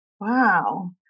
Wow